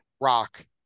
Rock